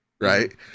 right